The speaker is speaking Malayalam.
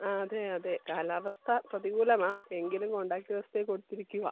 ആ അതെ അതെ കാലാവസ്ഥ പ്രതികൂലമാ എങ്കിലും കോൺട്രാക്റ്റേഴ്സിൻ്റെയിൽ കൊടുത്തിരിക്കുവാ